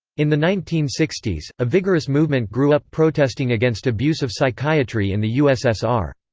in the nineteen sixty s, a vigorous movement grew up protesting against abuse of psychiatry in the ussr.